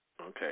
Okay